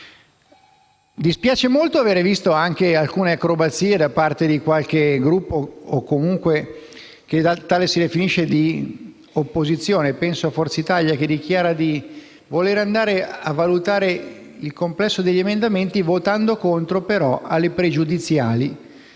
Dispiace molto aver visto anche alcune acrobazie da parte di qualche Gruppo di opposizione o che tale si definisce - penso a Forza Italia - che dichiara di volere andare a valutare il complesso degli emendamenti votando contro le pregiudiziali